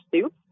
soup